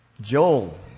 Joel